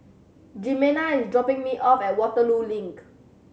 Jimena is dropping me off at Waterloo Link